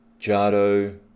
Jado